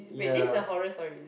wait this is a horror story is it